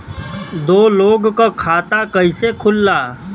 दो लोगक खाता कइसे खुल्ला?